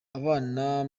abana